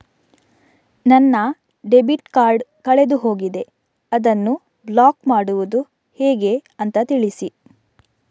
ನನ್ನ debit card ಕಳೆದು ಹೋಗಿದೆ, ಅದನ್ನು ಬ್ಲಾಕ್ ಮಾಡುವುದು ಹೇಗೆ ಅಂತ ತಿಳಿಸಿ?